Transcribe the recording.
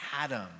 Adam